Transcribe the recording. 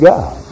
God